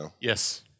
Yes